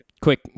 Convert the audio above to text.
Quick